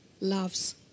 loves